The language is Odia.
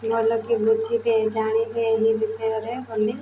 ଭଲକି ବୁଝିବେ ଜାଣିବେ ଏହି ବିଷୟରେ ବୋଲି